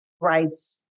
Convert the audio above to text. Rights